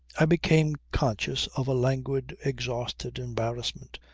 i became conscious of a languid, exhausted embarrassment,